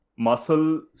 muscle